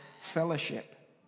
fellowship